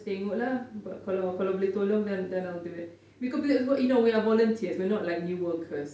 tengok lah kalau kalau boleh tolong then I'll do it because you know we're volunteers we're not like new workers